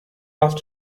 asked